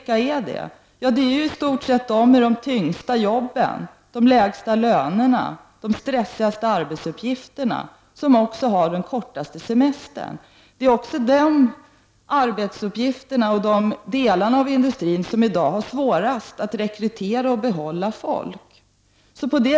Jo, i stort sett är det de människor som har de tyngsta jobben, de lägsta lönerna och stressigaste arbetsuppgifterna. De har alltså för närvarande den kortaste semestern. I de delar av industrin där de är sysselsatta har man också svårast att rekrytera och behålla folk.